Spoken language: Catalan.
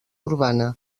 urbana